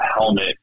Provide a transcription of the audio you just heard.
helmet